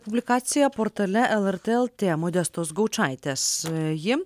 publikaciją portale lrt lt modestos gaučaitės ji